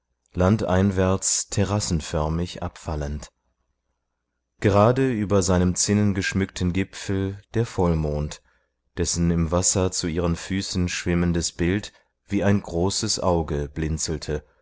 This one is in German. landeinwärts terrassenförmig abfallend gerade über seinem zinnengeschmückten gipfel der vollmond dessen im wasser zu ihren füßen schwimmendes bild wie ein großes auge blinzte